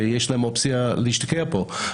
שיש להם אופציה להשתקע פה,